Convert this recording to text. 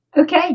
Okay